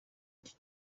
iki